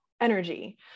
energy